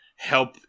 Help